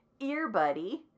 earbuddy